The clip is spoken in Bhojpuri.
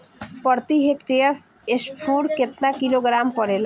प्रति हेक्टेयर स्फूर केतना किलोग्राम परेला?